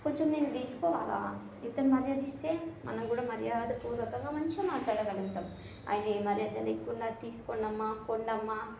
కొంచెం నేను తీసుకోవాలా ఇతను మర్యాద ఇస్తే మనం కూడా మర్యాదపూర్వకంగా మంచిగా మాట్లాడగలుగుతాము ఆయన ఏ మర్యాద లేకుండా తీసుకోండమ్మ పోండమ్మ